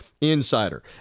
Insider